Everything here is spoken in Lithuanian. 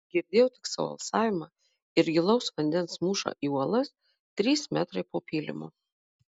girdėjau tik savo alsavimą ir gilaus vandens mūšą į uolas trys metrai po pylimu